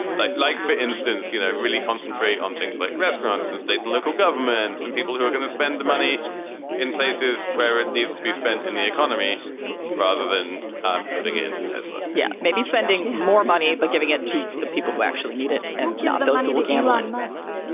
like like, for instance, you know, really concentrate on things like restaurants and state and local governments and people who are going to spend the money in places where it needs to be spent in the economy rather than um putting it into tesla yeah, maybe spending more money, but giving it to the people who actually need it. and yeah you're looking at, like musk